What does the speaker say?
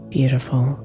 Beautiful